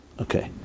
Okay